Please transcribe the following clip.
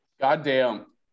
Goddamn